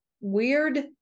weird